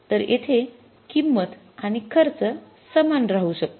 तर येथे किंमत आणि खर्च सामान राहू शकतो